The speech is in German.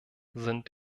sind